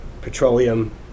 petroleum